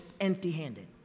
empty-handed